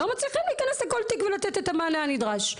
לא מצליחים להיכנס לכל תיק ולתת את המענה הנדרש,